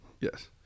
Yes